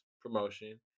promotion